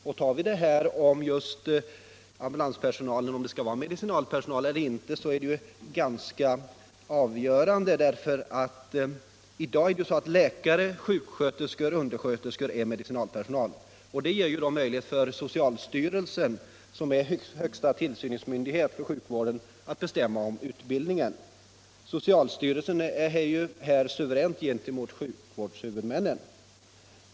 Just frågan om ambulanspersonalen skall vara medicinalpersonal eller inte är ganska avgörande. I dag är läkare, sjuksköterskor och undersköterskor medicinalpersonal. Det ger möjlighet för socialstyrelsen, som är högsta tillsynsmyndighet för sjukvården, att bestämma om utbildningen. Socialstyrelsen är här suverän gentemot sjukvårdshuvudmännen.